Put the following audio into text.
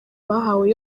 bahawe